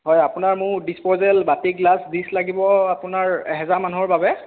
হয় আপোনাৰ মোৰ ডিচপজেল বাটি গিলাছ ডিছ লাগিব আপোনাৰ এহেজাৰ মানুহৰ বাবে